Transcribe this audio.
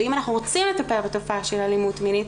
ואם אנחנו רוצים לטפל בתופעה של אלימות מינית